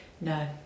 No